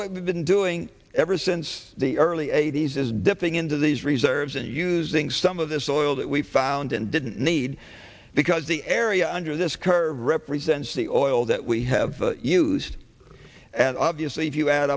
what we've been doing ever since the early eighty's is dipping into these reserves and using some of this oil that we found and didn't need because the area under this curve represents the oil that we have used and obviously if you add